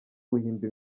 guhimba